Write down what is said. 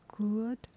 good